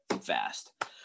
fast